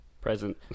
Present